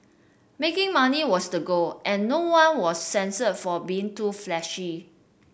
making money was the goal and no one was censured for being too flashy